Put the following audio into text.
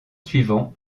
suivant